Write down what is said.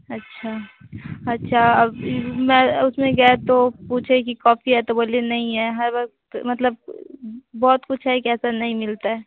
अच्छा अब मैं उसमें गया तो पूछे कि कॉफी है तो बोली नहीं है हर वक्त मतलब बहुत कुछ है ऐसा नहीं मिलता है